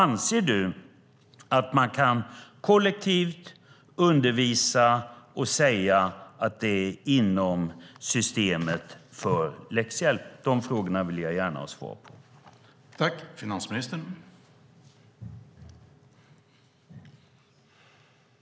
Anser du att man kollektivt kan undervisa och säga att det är inom systemet för läxhjälp? De frågorna vill jag gärna ha svar på.